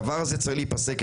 הדבר הזה צריך להיפסק.